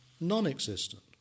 non-existent